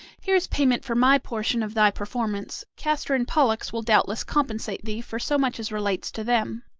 here is payment for my portion of thy performance castor and pollux will doubtless compensate thee for so much as relates to them.